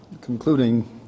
concluding